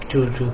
true true